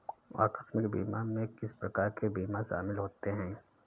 आकस्मिक बीमा में किस प्रकार के बीमा शामिल होते हैं?